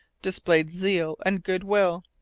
displayed zeal and good will.